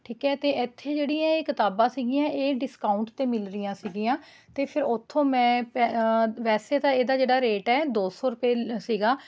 ਠੀਕ ਹੈ ਅਤੇ ਇੱਥੇ ਜਿਹੜੀਆਂ ਇਹ ਕਿਤਾਬਾਂ ਸੀਗੀਆਂ ਇਹ ਡਿਸਕਾਊਂਟ 'ਤੇ ਮਿਲ ਰਹੀਆਂ ਸੀਗੀਆਂ ਅਤੇ ਫਿਰ ਉੱਥੋ ਮੈਂ ਪੈ ਵੈਸੇ ਤਾਂ ਇਹਦਾ ਜਿਹੜਾ ਰੇਟ ਹੈ ਦੋ ਸੌ ਰੁਪਏ ਲ ਸੀਗਾ ਪਰ